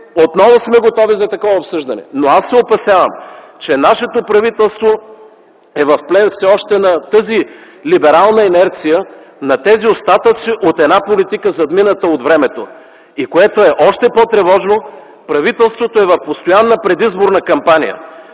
отново сме готови за такова обсъждане. Но аз се опасявам, че нашето правителство е в плен все още на тази либерална инерция, на тези остатъци от една политика, задмината от времето. И което е още по-тревожно – правителството е в постоянна предизборна кампания.